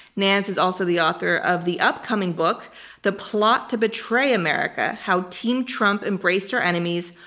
nance is also the author of the upcoming book the plot to betray america how team trump embraced our enemies,